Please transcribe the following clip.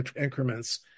increments